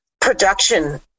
production